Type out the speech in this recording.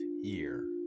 year